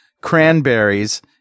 cranberries